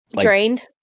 Drained